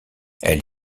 elle